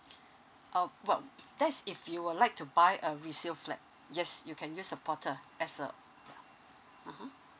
um well that's if you would like to buy a resale flat yes you can use the portal as a mmhmm